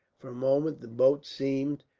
for a moment the boat seemed,